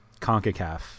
CONCACAF